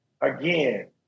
again